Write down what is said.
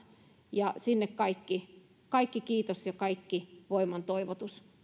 ja sinne kaikki kaikki kiitos ja kaikki voimantoivotus